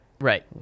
right